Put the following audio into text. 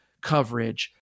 coverage